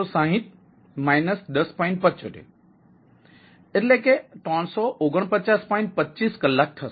25 કલાક થશે